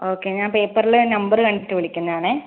okay ഞാൻ പേപ്പറിൽ number കണ്ടിട്ട് വിളിക്കുന്നതാണേ